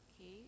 Okay